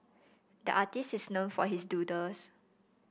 the artist is known for his doodles